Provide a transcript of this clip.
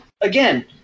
Again